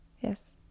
Yes